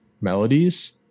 melodies